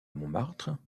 montmartre